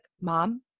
mom